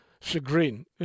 chagrin